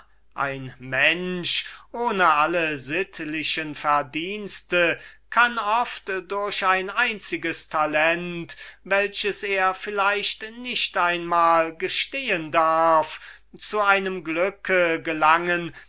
ein mensch ohne alle verdienste kann oft durch ein einziges talent und wenn es auch nur das talent eines esels wäre zu einem glücke gelangen